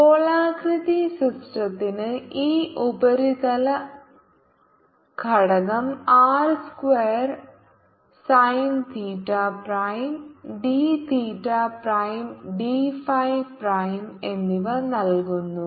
ഗോളാകൃതി സിസ്റ്റത്തിന് ഈ ഉപരിതല ഘടകം R square sine theta prime d theta prime d phi prime എന്നിവ നൽകുന്നു